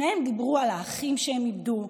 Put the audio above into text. שניהם דיברו על האחים שהם איבדו,